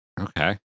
Okay